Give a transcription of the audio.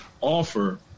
offer